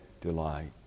delight